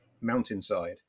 mountainside